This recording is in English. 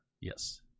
Yes